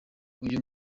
uyu